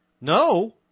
No